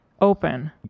open